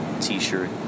t-shirt